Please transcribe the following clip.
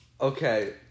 Okay